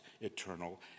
eternal